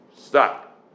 Stop